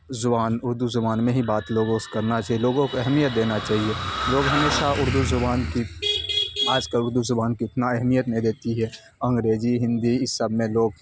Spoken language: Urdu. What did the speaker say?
زبان اردو زبان میں ہی بات لوگوں سے کرنا چاہیے لوگوں کو اہمیت دینا چاہیے لوگ ہمیشہ اردو زبان کی آج کل اردو زبان کی اتنا اہمیت نہیں دیتی ہے انگریزی ہندی اس سب میں لوگ